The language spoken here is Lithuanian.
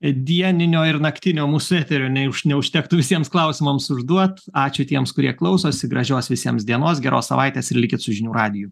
dieninio ir naktinio mūsų eterio nei už neužtektų visiems klausimams užduot ačiū tiems kurie klausosi gražios visiems dienos geros savaitės ir likit su žinių radiju